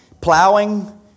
Plowing